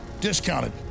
discounted